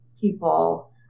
people